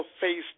faced